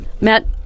Matt